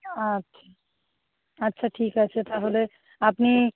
আচ্ছা আচ্ছা ঠিক আছে তাহলে আপনি